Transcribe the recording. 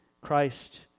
Christ